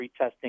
retesting